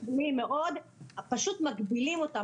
פשוט מגבילים אותם.